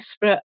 desperate